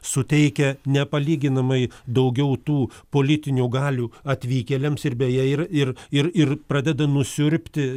suteikia nepalyginamai daugiau tų politinių galių atvykėliams ir beje ir ir ir ir pradeda nusiurbti